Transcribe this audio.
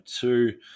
two